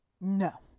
No